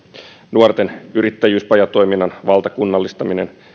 nuorten yrittäjyyspajatoiminnan valtakunnallistaminen